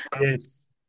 yes